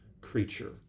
creature